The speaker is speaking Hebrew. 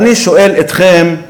ואני שואל אתכם,